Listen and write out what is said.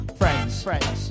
friends